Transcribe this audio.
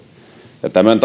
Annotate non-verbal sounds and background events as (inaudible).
tämän (unintelligible)